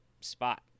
spot